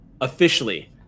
officially